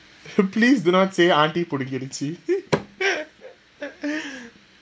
please do not say auntie puri~